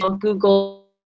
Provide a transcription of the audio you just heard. Google